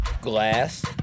Glass